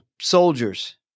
soldiers